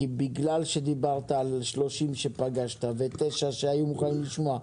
כי בגלל שדיברת על 30 שפגשת ותשע שהיו מוכנים לשמוע,